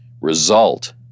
result